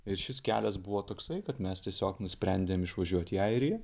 ir šis kelias buvo toksai kad mes tiesiog nusprendėm išvažiuoti į airiją